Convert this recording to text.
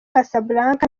casablanca